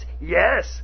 yes